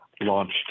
launched